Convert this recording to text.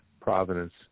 providence